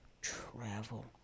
travel